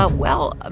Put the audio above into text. ah well, ah